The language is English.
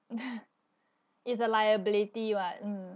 it's a liability what mm